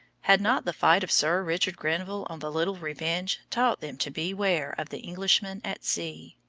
had not the fight of sir richard grenville on the little revenge taught them to beware of the englishman at sea?